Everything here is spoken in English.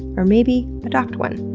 or maybe adopt one.